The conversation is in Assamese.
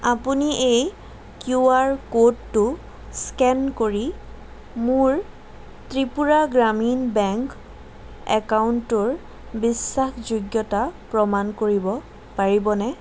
আপুনি এই কিউআৰ ক'ডটো স্কেন কৰি মোৰ ত্ৰিপুৰা গ্ৰামীণ বেংক একাউণ্টটোৰ বিশ্বাসযোগ্যতা প্ৰমাণ কৰিব পাৰিবনে